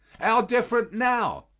how different now!